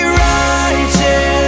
righteous